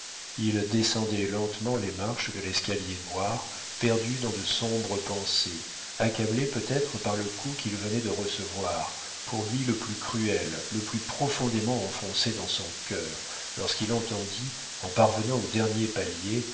il descendait lentement les marches de l'escalier noir perdu dans de sombres pensées accablé peut-être par le coup qu'il venait de recevoir pour lui le plus cruel le plus profondément enfoncé dans son cœur lorsqu'il entendit en parvenant au dernier palier